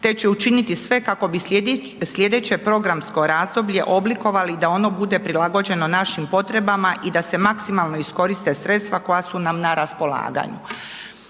te će učiniti sve kako bi slijedeće programsko razdoblje oblikovali da ono bude prilagođeno našim potrebama i da se maksimalno iskoriste sredstava koja su nam na raspolaganju.